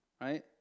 right